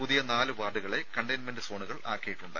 പുതിയ നാല് വാർഡുകളെ കണ്ടെയ്ൻമെന്റ് സോണുകളാക്കിയിട്ടുണ്ട്